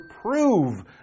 prove